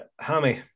Hammy